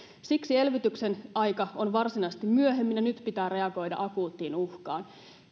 siksi elvytyksen aika on varsinaisesti myöhemmin ja nyt pitää reagoida akuuttiin uhkaan